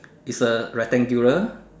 is a rectangular